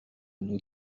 nos